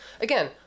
Again